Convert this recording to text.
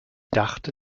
dachte